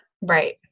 Right